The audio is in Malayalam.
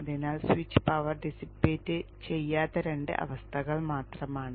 അതിനാൽ സ്വിച്ച് പവർ ഡിസ്സിപ്പേറ്റ് ചെയ്യാത്ത രണ്ട് അവസ്ഥകൾ മാത്രമാണ്